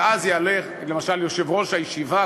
ואז יעלה למשל יושב-ראש הישיבה,